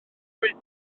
bwydydd